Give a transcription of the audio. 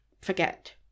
forget